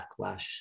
backlash